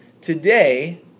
today